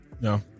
no